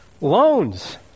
loans